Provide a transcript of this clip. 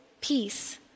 peace